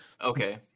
Okay